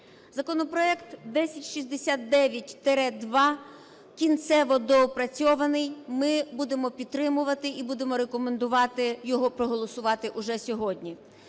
Законопроект 1069-2 кінцево доопрацьований, ми будемо підтримувати і будемо рекомендувати його проголосувати уже сьогодні.